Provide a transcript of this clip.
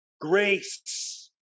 grace